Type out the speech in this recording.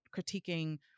critiquing